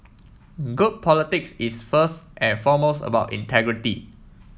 good politics is first and foremost about integrity